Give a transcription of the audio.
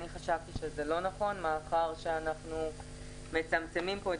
אני חשבתי שזה לא נכון מאחר שאנחנו מצמצמים פה את